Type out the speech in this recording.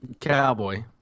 Cowboy